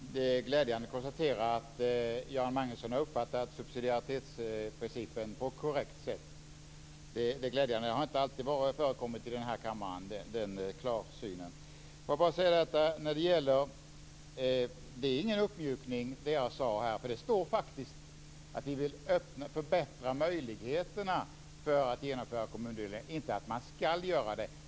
Fru talman! Det är glädjande att kunna notera att Göran Magnusson har uppfattat subsidiaritetsprincipen på ett korrekt sätt. Den klarsynen har inte alltid förekommit här i kammaren. Det som jag sade här är ingen uppmjukning. Det står faktiskt att vi vill förbättra möjligheterna att genomföra kommundelningar, inte att sådana skall göras.